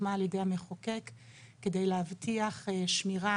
שהוקמה על ידי המחוקק כדי להבטיח שמירה